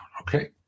okay